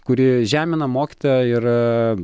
kuri žemina mokytoją ir